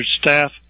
staff